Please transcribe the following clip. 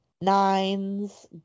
nines